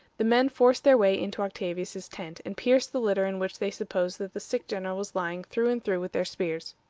the men forced their way into octavius's tent, and pierced the litter in which they supposed that the sick general was lying through and through with their spears.